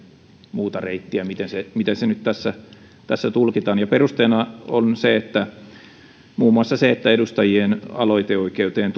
muuta reittiä miten se miten se nyt tässä tässä tulkitaan perusteena on muun muassa se että edustajien aloiteoikeuden